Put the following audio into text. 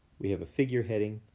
we have a figure heading.